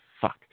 fuck